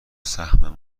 سهم